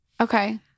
Okay